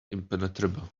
impenetrable